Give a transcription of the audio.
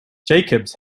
jacobs